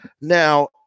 Now